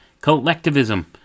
collectivism